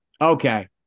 Okay